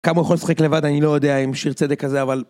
כמה הוא יכול לשחק לבד, אני לא יודע, עם שיר צדק כזה, אבל...